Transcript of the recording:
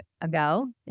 ago